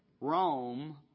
Rome